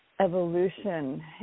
evolution